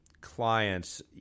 clients